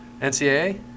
NCAA